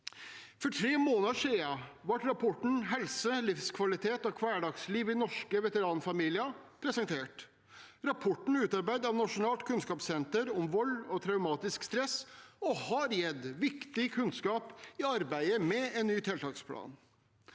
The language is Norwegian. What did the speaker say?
For tre måneder siden ble rapporten Helse, livskvalitet og hverdagsliv i norske veteranfamilier presentert. Rapporten er utarbeidet av Nasjonalt kunnskapssenter om vold og traumatisk stress og har gitt viktig kunnskap i arbeidet med en ny tiltaksplan.